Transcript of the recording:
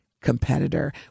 competitor